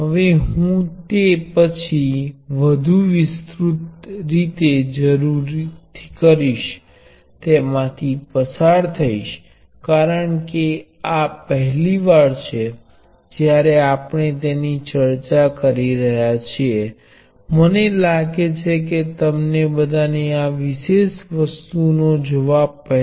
હવે તમે આને બેથી વધુ કેપેસિટર સુધી લંબાવી શકો છો તેથી જો તમારી પાસે શ્રેણીમાં એન કેપેસિટર છે તો અસરકારક કેપેસિટીન્સનું મુલ્ય એ વ્યક્તિગત કેપેસિટીન્સ ના આદાન પ્રદાન નુ સરવાળો હશે